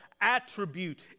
attribute